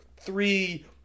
three